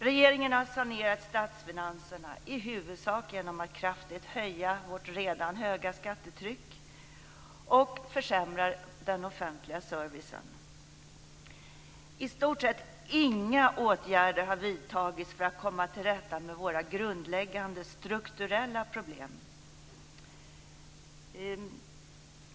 Regeringen har sanerat statsfinanserna, i huvudsak genom att kraftigt höja vårt redan höga skattetryck och genom att försämra den offentliga servicen. I stort sett inga åtgärder har vidtagits för att komma till rätta med våra grundläggande strukturella problem.